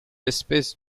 espèce